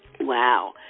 Wow